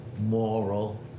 moral